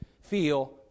feel